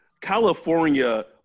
California